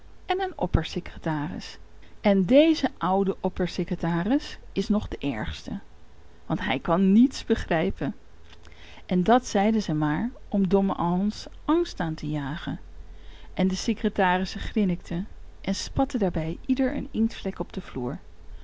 en een oppersecretaris en deze oude oppersecretaris is nog de ergste want hij kan niets begrijpen en dat zeide zij maar om dommen hans angst aan te jagen en de secretarissen grinnikten en spatten daarbij ieder een inktvlek op den vloer